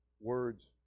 words